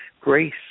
grace